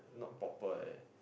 not proper like that